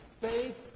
faith